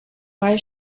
why